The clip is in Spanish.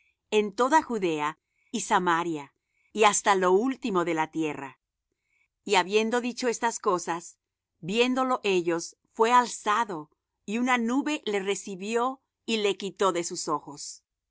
en toda judea y samaria y hasta lo último de la tierra y habiendo dicho estas cosas viéndo lo ellos fué alzado y una nube le recibió y le quitó de sus ojos